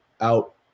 out